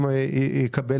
קיימת